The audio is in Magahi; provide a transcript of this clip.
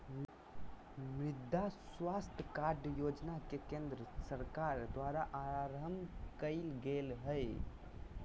मृदा स्वास्थ कार्ड योजना के केंद्र सरकार द्वारा आरंभ कइल गेल हइ